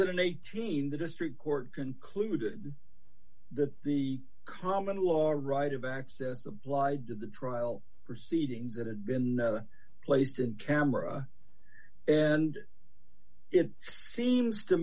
thousand and eighteen the district court concluded that the common law right of access applied to the trial proceedings that had been placed in camera and it seems to